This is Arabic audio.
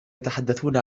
يتحدثون